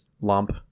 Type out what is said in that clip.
lump